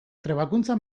trebakuntza